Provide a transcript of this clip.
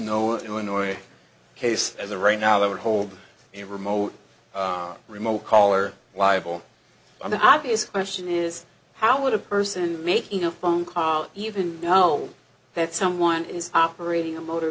no illinois case as a right now that would hold a remote remote caller liable on the obvious question is how would a person making a phone call even know that someone is operating a motor